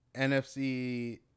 NFC